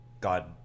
God